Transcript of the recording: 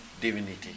divinity